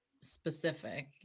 specific